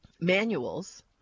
manuals